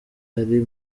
ari